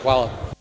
Hvala.